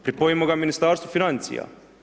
Pripojimo ga Ministarstvu financija.